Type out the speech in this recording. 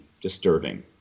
disturbing